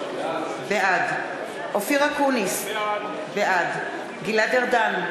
בעד אופיר אקוניס, בעד גלעד ארדן,